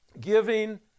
giving